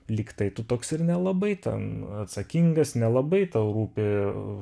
lyg tai tu toks ir nelabai ten atsakingas nelabai tau rūpi